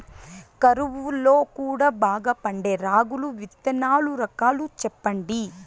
కరువు లో కూడా బాగా పండే రాగులు విత్తనాలు రకాలు చెప్పండి?